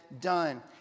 done